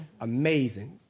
amazing